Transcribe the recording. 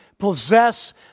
possess